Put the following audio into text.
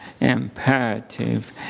imperative